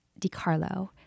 DiCarlo